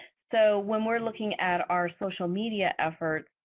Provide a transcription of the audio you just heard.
so when we're looking at our social media efforts,